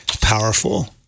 powerful